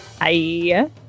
Hi